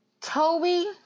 Toby